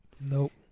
Nope